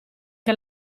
che